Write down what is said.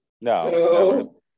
No